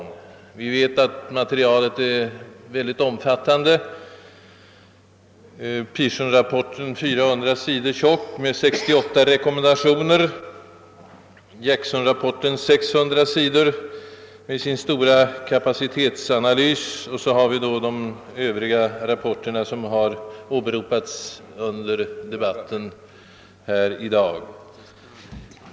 Vi vet att materialet är mycket omfattande: Pearsonrapporten, 400 sidor tjock med 68 rekommendationer, Jacksonrapportens 600 sidor med sin stora kapacitetsanalys och dessutom de övriga rapporter som har åberopats under debatten här i dag.